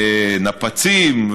נפצים,